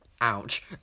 Ouch